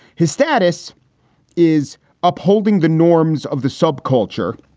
his status is upholding the norms of the subculture,